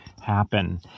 happen